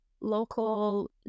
local